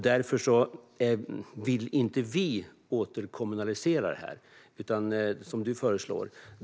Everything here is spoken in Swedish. Därför vill vi inte återkommunalisera detta, som du föreslår.